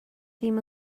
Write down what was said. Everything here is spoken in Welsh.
ddim